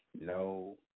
no